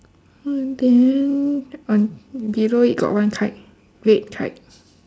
uh then on below it got one kite red kite